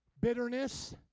bitterness